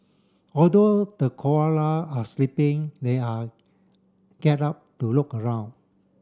although the are sleeping they are get up do look around